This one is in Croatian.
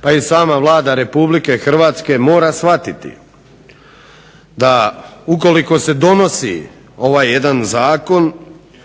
pa i sama Vlada Republike Hrvatske mora shvatiti da ukoliko se donosi ovaj jedan zakon